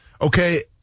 Okay